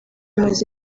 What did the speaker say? maze